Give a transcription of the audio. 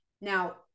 Now